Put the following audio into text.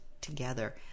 together